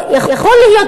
יכול להיות,